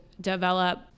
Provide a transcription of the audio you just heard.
develop